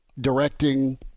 directing